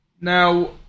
Now